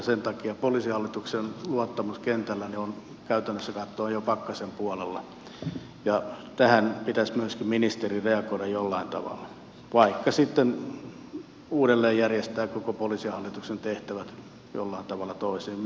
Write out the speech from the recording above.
sen takia poliisihallituksen luottamus kentällä on käytännössä katsoen jo pakkasen puolella ja tähän pitäisi myöskin ministerin reagoida jollain tavalla vaikka sitten uudelleenjärjestää koko poliisihallituksen tehtävät jollain tavalla toisin